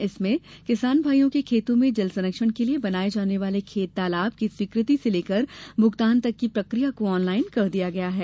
इसमें किसान भाइयों के खेतों में जल सरंक्षण के लिए बनाए जाने वाले खेत तालाब की स्वीकृति से लेकर भुगतान तक की प्रक्रिया को ऑनलाइन कर दिया गया है